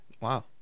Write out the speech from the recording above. Wow